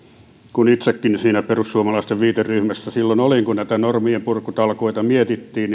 kun itsekin siinä perussuomalaisten viiteryhmässä silloin olin kun näitä normienpurkutalkoita mietittiin